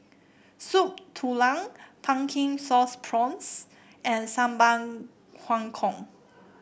Soup Tulang Pumpkin Sauce Prawns and Sambal Kangkong